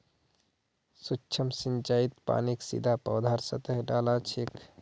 सूक्ष्म सिंचाईत पानीक सीधा पौधार सतहत डा ल छेक